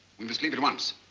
we must leave at once.